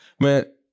Man